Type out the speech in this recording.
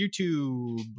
YouTube